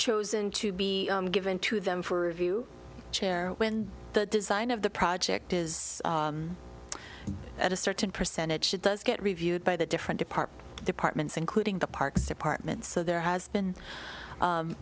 chosen to be given to them for review chair when the design of the project is at a certain percentage it does get reviewed by the different department departments including the parks department so there has been